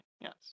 yes